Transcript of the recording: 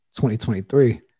2023